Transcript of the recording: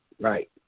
right